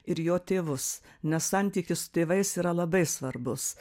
ir jo tėvus nes santykis su tėvais yra labai svarbus